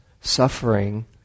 suffering